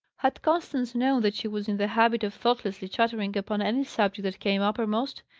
had constance known that she was in the habit of thoughtlessly chattering upon any subject that came uppermost,